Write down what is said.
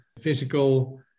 physical